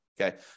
Okay